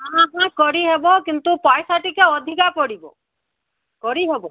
ହଁ ହଁ କରିହେବ କିନ୍ତୁ ପଇସା ଟିକେ ଅଧିକ ପଡ଼ିବ କରିହେବ